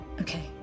Okay